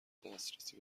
دسترسی